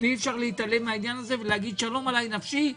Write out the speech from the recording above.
ואי אפשר להתעלם מהעניין הזה ולהגיד שלום עליי נפשי,